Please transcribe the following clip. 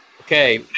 Okay